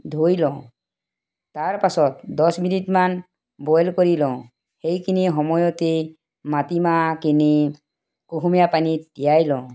ধুই লওঁ তাৰপাছত দহ মিনিটমান বইল কৰি লওঁ সেইখিনি সময়তে মাতি মাহখিনি কুহুমীয়া পানীত তিয়াই লওঁ